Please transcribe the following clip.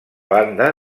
banda